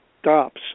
stops